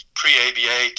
pre-aba